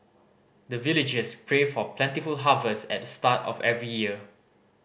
the villagers pray for plentiful harvest at the start of every year